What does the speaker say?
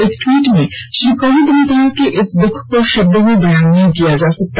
एक ट्वीट में श्री कोविंद ने कहा कि इस दुख को शब्दों में बयान नहीं किया जा सकता